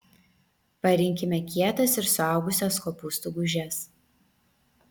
parinkime kietas ir suaugusias kopūstų gūžes